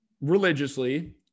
religiously